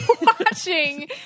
watching